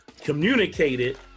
communicated